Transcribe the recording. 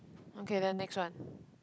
okay then next one